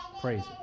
praise